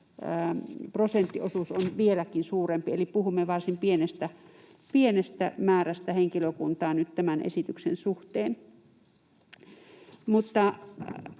todennäköisesti vieläkin suurempi, eli puhumme varsin pienestä määrästä henkilökuntaa nyt tämän esityksen suhteen.